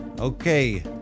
Okay